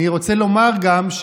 אני רוצה לומר גם,